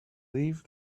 leave